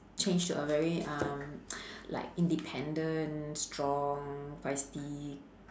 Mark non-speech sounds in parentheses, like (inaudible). change to a very um (noise) like independent strong feisty